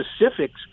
specifics